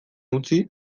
utzi